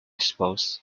suppose